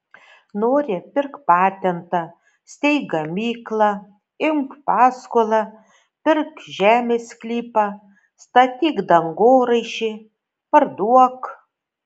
nori pirk patentą steik gamyklą imk paskolą pirk žemės sklypą statyk dangoraižį parduok